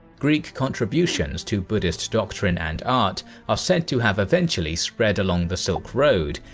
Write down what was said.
greek contributions to buddhist doctrine and art are said to have eventually spread along the silk road,